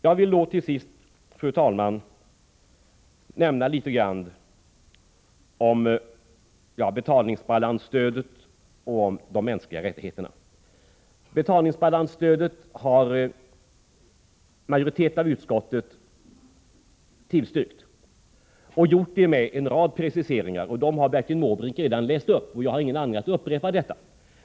Jag vill till sist, fru talman, nämna litet grand om betalningsbalansstödet och om de mänskliga rättigheterna. Betalningsbalansstödet har majoriteten av utskottet tillstyrkt, och gjort det med en rad preciseringar. Dem har Bertil Måbrink redan läst upp, och jag har ingen anledning att upprepa dem.